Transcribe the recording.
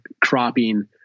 cropping